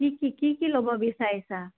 কি কি কি কি ল'ব বিচাৰিছা